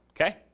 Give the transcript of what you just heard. Okay